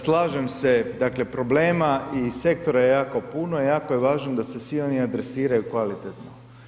Slažem se, dakle problema i sektora je jako puno, jako je važno da se svi oni adresiraju kvalitetno.